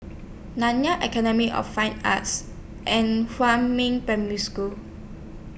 Nanyang Academy of Fine Arts and Huamin Primary School